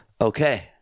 Okay